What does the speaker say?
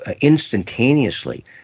instantaneously